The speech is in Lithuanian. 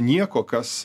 nieko kas